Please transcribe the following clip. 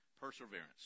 perseverance